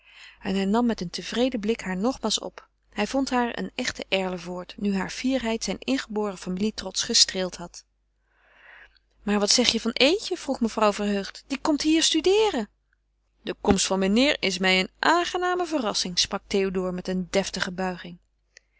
en hij nam met een tevreden blik haar nogmaals goed op hij vond haar een echte erlevoort nu hare fierheid zijn ingeboren familietrots gestreeld had maar wat zeg je van eetje vroeg mevrouw verheugd die komt hier studeeren de komst van meneer is mij een aangename verrassing sprak théodore met een deftige buiging